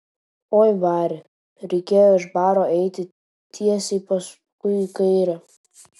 oi bari reikėjo iš baro eiti tiesiai paskui į kairę